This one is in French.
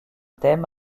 thème